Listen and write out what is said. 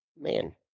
Man